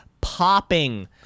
popping